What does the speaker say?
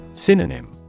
Synonym